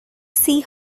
see